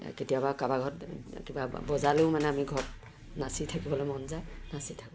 কেতিয়াবা কাৰোবাৰ ঘৰত কিবা বজালেও মানে আমি ঘৰত নাচি থাকিবলৈ মন যায় নাচি থাকোঁ